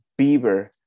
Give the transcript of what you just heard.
Bieber